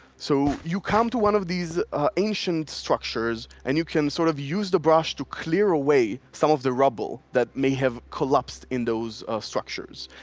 so you come to one of these ah ancient structures and you can sort of use the brush to clear away some of the rubble that may have collapsed in those structures.